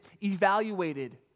evaluated